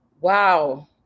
Wow